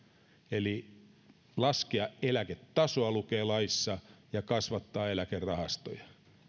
eli laskea eläketasoa lukee laissa ja kasvattaa eläkerahastoja